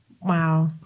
Wow